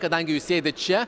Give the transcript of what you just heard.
kadangi jūs sėdit čia